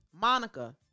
Monica